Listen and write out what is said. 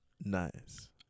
Nice